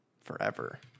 Forever